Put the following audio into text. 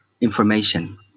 information